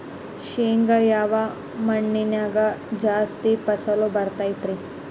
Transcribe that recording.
ಶೇಂಗಾ ಯಾವ ಮಣ್ಣಿನ್ಯಾಗ ಜಾಸ್ತಿ ಫಸಲು ಬರತೈತ್ರಿ?